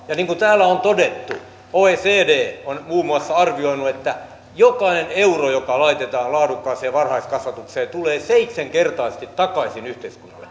ja niin kuin täällä on todettu oecd on muun muassa arvioinut että jokainen euro joka laitetaan laadukkaaseen varhaiskasvatukseen tulee seitsenkertaisesti takaisin yhteiskunnalle